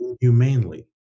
humanely